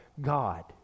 God